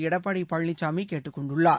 எடப்பாடி பழனிசாமி கேட்டுக் கொண்டுள்ளார்